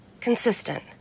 consistent